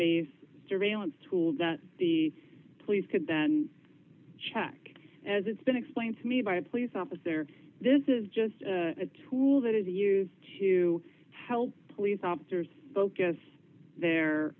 bases surveillance tool that the police could then check as it's been explained to me by a police officer this is just a tool that is used to help police officers focus their